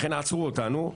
לכן עצרו אותנו.